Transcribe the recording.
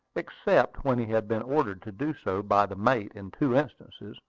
except when he had been ordered to do so by the mate in two instances,